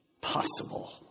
Possible